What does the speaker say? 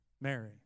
Mary